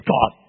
God